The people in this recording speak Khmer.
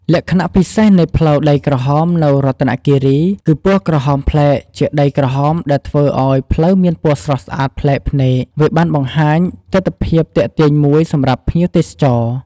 លក្ខណៈពិសេសនៃផ្លូវដីក្រហមនៅរតនគិរី គឺពណ៌ក្រហមប្លែកជាដីក្រហមដែលធ្វើឱ្យផ្លូវមានពណ៌ស្រស់ស្អាតប្លែកភ្នែក វាបានបង្ហាញទិដ្ឋភាពទាក់ទាញមួយសម្រាប់ភ្ញៀវទេសចរ។